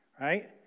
right